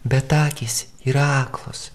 bet akys yra aklos